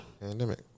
Pandemic